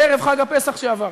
בערב חג הפסח שעבר.